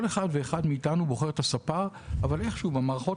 כל אחד ואחד מאיתנו בוחר את הספר שלו אבל איכשהו במערכות